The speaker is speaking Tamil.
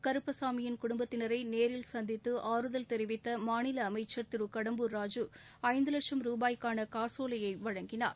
கருப்பசாமியின் குடும்பத்தினரை நேரில் சந்தித்து ஆறுதல் தெரிவித்த மாநில அமைச்சர் திரு கடம்பூர் ராஜூ ஐந்து லட்சம் ரூபாய்க்கான காசோலையை வழங்கினார்